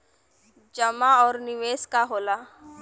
जमा और निवेश का होला?